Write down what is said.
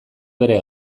bere